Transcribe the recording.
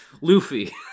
luffy